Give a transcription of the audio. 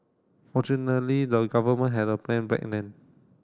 fortunately the government had a plan back then